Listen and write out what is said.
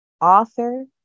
author